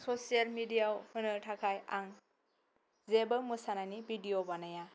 social मिडियाआव होनो थाखाय आं जेबो मोसानायनि भिदिअ बानाया